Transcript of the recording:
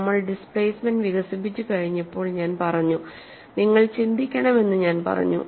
നമ്മൾ ഡിസ്പ്ലേസ്മെന്റ് വികസിപ്പിച്ചുകഴിഞ്ഞപ്പോൾ ഞാൻ പറഞ്ഞു നിങ്ങൾ ചിന്തിക്കണം എന്ന് ഞാൻ പറഞ്ഞു